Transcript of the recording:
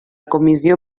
comissió